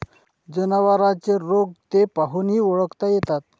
जनावरांचे रोग ते पाहूनही ओळखता येतात